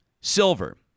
Silver